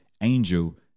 angel